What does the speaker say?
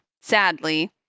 sadly